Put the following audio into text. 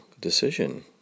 decision